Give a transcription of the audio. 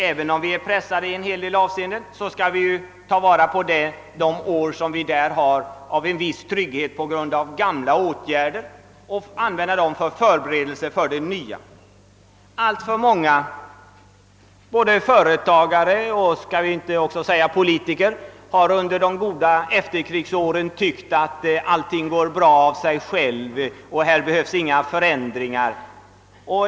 Även om vi är pressade i en del avseenden skall vi ta vara på de år av viss trygghet som vi har tack vare tidigare vidtagna åtgärder och använda dem som förberedelse till det nya. Alltför många både företagare och politiker har under de goda efterkrigsåren tyckt att allting går bra och av sig självt, här behövs ingen förändring.